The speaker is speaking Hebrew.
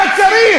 מה צריך?